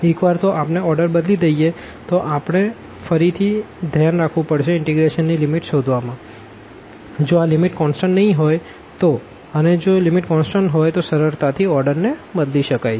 એકવાર તો આપને ઓર્ડર બદલી દઈએ તો આપણે ફરી ધ્યાન રાખવું પડશે ઇન્ટીગ્રેશન ની લિમિટ શોધવામાં જો આ લિમિટ કોન્સટન્ટ નહીં હોય તો અને જો લિમિટ કોન્સટન્ટ હોય તો સરળતાથી ઓર્ડરને બદલી શકાય છે